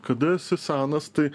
kada esi senas tai